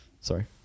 Sorry